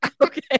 Okay